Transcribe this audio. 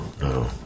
no